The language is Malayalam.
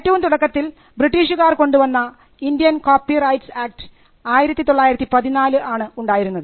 ഏറ്റവും തുടക്കത്തിൽ ബ്രിട്ടീഷുകാർ കൊണ്ടുവന്ന ഇന്ത്യൻ കോപ്പി റൈറ്റ്സ് ആക്ട് 1914 ആണ് ഉണ്ടായിരുന്നത്